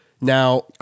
Now